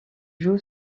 joue